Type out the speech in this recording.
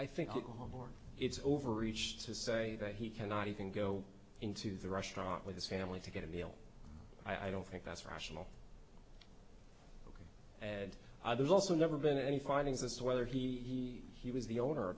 or it's overreached to say that he cannot even go into the restaurant with his family to get a meal i don't think that's rational and there's also never been any findings as to whether he he was the owner